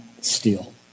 steal